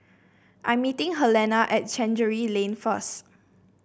I'm meeting Helena at Chancery Lane first